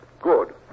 good